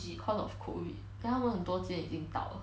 cause of COVID then 他们很多间已经倒了